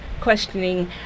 questioning